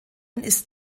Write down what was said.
ist